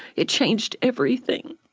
it changed everything,